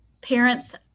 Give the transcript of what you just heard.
parents